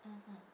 mmhmm